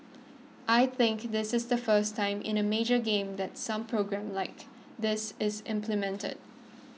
I think this is the first time in a major game that some programme like this is implemented